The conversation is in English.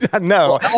no